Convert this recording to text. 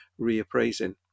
reappraising